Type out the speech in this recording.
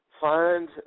find